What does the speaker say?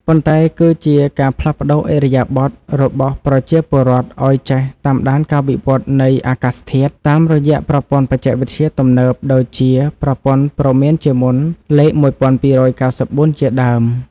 ប៉ុន្តែគឺជាការផ្លាស់ប្តូរឥរិយាបថរបស់ប្រជាពលរដ្ឋឱ្យចេះតាមដានការវិវត្តនៃអាកាសធាតុ តាមរយៈប្រព័ន្ធបច្ចេកវិទ្យាទំនើបដូចជាប្រព័ន្ធព្រមានជាមុនលេខ ១២៩៤ ជាដើម។